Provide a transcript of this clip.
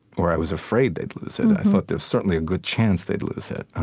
or i was afraid they'd lose it. i thought there was certainly a good chance they'd lose it.